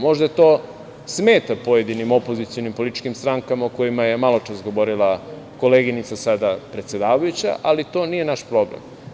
Možda to smeta pojedinim opozicionim političkim strankama o kojima je maločas govorila koleginica, sada predsedavajuća, ali to nije naš problem.